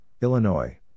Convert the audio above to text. Illinois